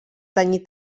tenyir